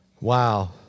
Wow